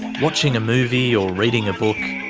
watching a movie or reading a book,